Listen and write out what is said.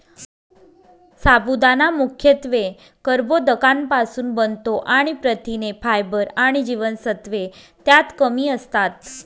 साबुदाणा मुख्यत्वे कर्बोदकांपासुन बनतो आणि प्रथिने, फायबर आणि जीवनसत्त्वे त्यात कमी असतात